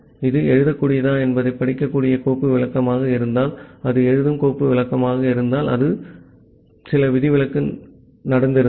இது எழுதக்கூடியதா என்பதைப் படிக்கக்கூடிய கோப்பு விளக்கமாக இருந்தால் அது எழுதும் கோப்பு விளக்கமாக இருந்தால் அல்லது சில விதிவிலக்கு நடந்திருந்தால்